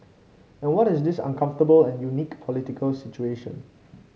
and what is this uncomfortable and unique political situation